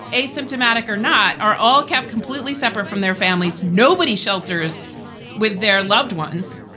asymptomatic or not, are all kept completely separate from their families. nobody shelters with their loved ones.